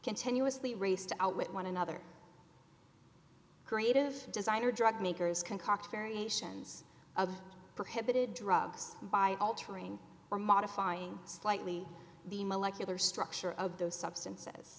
continuously race to outwit one another creative designer drug makers concoct variations of prohibited drugs by altering or modifying slightly the molecular structure of those substances